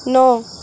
ন